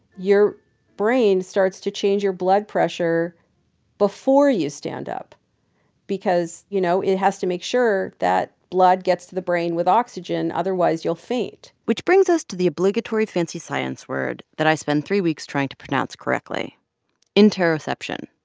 your brain starts to change your blood pressure before you stand up because, you know, it has to make sure that blood gets to the brain with oxygen, otherwise you'll faint which brings us to the obligatory fancy science word that i spent three weeks trying to pronounce correctly interoception.